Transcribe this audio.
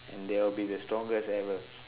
and they will be the strongest ever